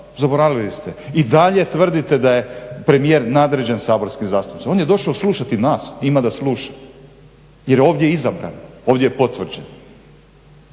zaboravili ste i dalje tvrdite da je premijer nadređen saborskim zastupnicima. On je došao slušati nas, ima da sluša jer je ovdje izabran ovdje je potvrđen.